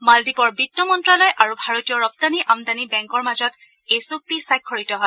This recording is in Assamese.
মালদ্বীপৰ বিত্ত মন্ত্যালয় আৰু ভাৰতীয় ৰপ্তানী আমদানী বেংকৰ মাজত এই চুক্তি স্বাক্ষৰিত হয়